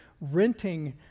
renting